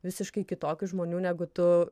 visiškai kitokių žmonių negu tu